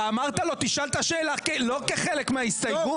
אתה אמרת לו שישאל את השאלה לא כחלק מההסתייגות,